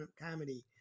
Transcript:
comedy